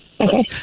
okay